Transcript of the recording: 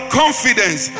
confidence